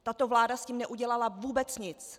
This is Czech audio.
Tato vláda s tím neudělala vůbec nic.